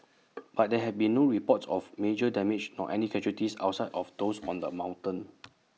but there have been no reports of major damage nor any casualties outside of those on the mountain